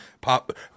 pop